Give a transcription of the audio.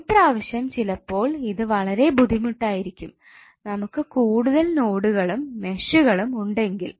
ഇപ്രാവശ്യം ചിലപ്പോൾ ഇതു വളരെ ബുദ്ധിമുട്ടായിരിക്കും നമുക്ക് കൂടുതൽ നോഡുകളും മെ ഷുകളും ഉണ്ടെങ്കിൽ